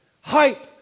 Hype